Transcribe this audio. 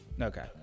Okay